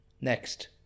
Next